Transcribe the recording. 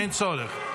אין צורך.